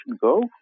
go